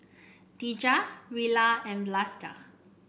Dejah Rilla and Vlasta